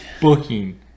booking